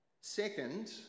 Second